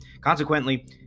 consequently